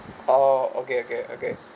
oh okay okay okay